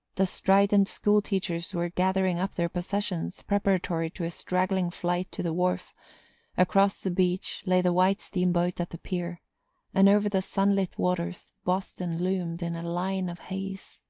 the strident school-teachers were gathering up their possessions preparatory to a straggling flight to the wharf across the beach lay the white steam-boat at the pier and over the sunlit waters boston loomed in a line of haze.